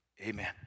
Amen